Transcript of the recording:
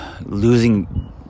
losing